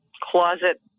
closet